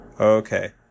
okay